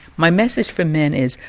my message for men is,